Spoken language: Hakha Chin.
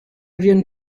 rian